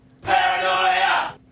Paranoia